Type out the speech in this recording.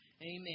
Amen